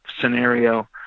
scenario